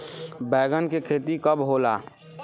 बैंगन के खेती कब होला?